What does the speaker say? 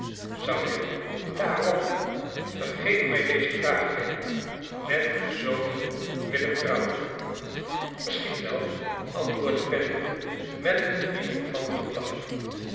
zou je daarom vergeef mij deze vraag fanny met haar zoon willen trouwen misschien wel antwoordde fanny met een triomfantelijk lachje